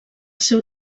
seu